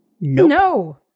No